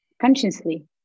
consciously